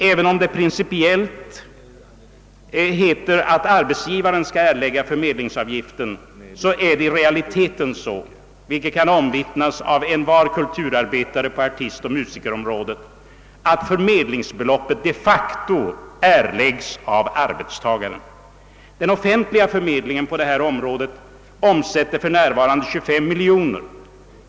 även om det principiellt heter att arbetsgivarna skall erlägga förmedlingsavgiften är det i realiteten så vilket kan omvittnas av Den offentliga förmedlingen på detta område omsätter för närvarande 25 miljoner kronor.